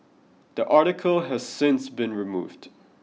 that article has since been removed